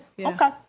Okay